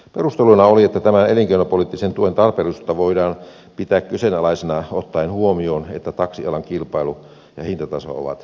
perusteluna oli että tämän elinkeinopoliittisen tuen tarpeellisuutta voidaan pitää kyseenalaisena ottaen huomioon että taksialan kilpailu ja hintataso ovat säänneltyjä